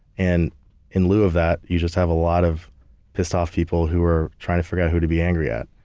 and in lieu of that, you just have a lot of pissed off people who are trying to figure out who to be angry at.